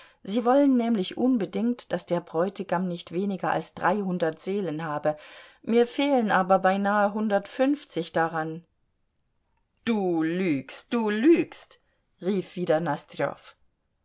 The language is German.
sie wollen nämlich unbedingt daß der bräutigam nicht weniger als dreihundert seelen habe mir fehlen aber beinahe hundertundfünfzig daran du lügst du lügst rief wieder